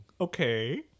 Okay